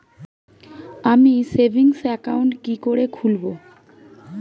আমি savings account কি করে খুলব?